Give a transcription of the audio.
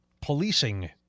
policing